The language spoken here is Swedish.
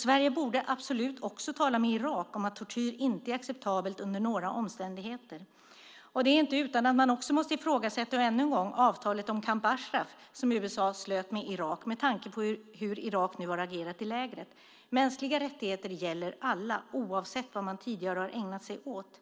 Sverige borde absolut också tala med Irak om att tortyr inte är acceptabelt under några omständigheter. Det är inte utan att man ännu en gång måste ifrågasätta avtalet om Camp Ashraf, som USA slöt med Irak, med tanke på hur Irak nu har agerat i lägret. Mänskliga rättigheter gäller alla, oavsett vad man tidigare har ägnat sig åt.